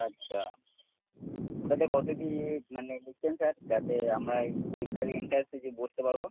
আচ্ছা ওটাতে কত কি ইয়ে মানে দিচ্ছেন স্যার যাতে আমরা এই পরীক্ষার এন্ট্রান্সে যে বসতে পারবো